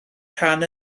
rhan